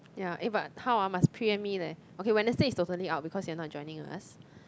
ya eh but how ah must pre empt me leh okay Wednesday is totally out because you are not joining us